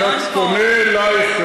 אני רק פונה אלייך,